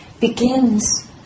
begins